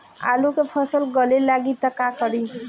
आलू के फ़सल गले लागी त का करी?